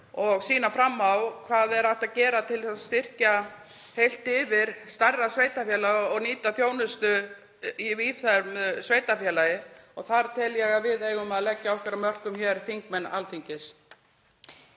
og sýna fram á hvað hægt sé að gera til að styrkja heilt yfir stærra sveitarfélag og nýta þjónustu í víðfeðmu sveitarfélagi. Þar tel ég að við eigum að leggja okkar af mörkum hér, þingmenn Alþingis.